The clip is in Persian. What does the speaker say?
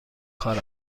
کار